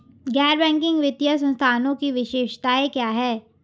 गैर बैंकिंग वित्तीय संस्थानों की विशेषताएं क्या हैं?